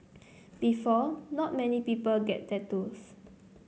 before not many people get tattoos